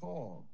called on